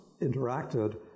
interacted